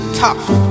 tough